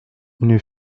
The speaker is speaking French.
une